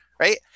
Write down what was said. right